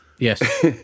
Yes